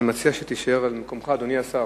אני מציע שתישאר על מקומך, אדוני השר,